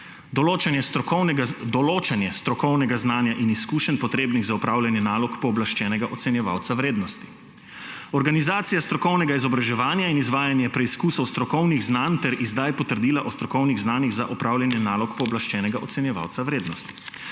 določanje strokovnega znanja in izkušenj, potrebnih za opravljanje nalog pooblaščenega ocenjevalca vrednosti; organizacije strokovnega izobraževanja in izvajanje preizkusov strokovnih znanj ter izdaja potrdila o strokovnih znanjih za opravljanje nalog pooblaščenega ocenjevalca vrednosti,